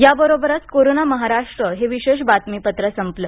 याबरोबरच कोरोना महाराष्ट्र हे विशेष बातमीपत्र संपलं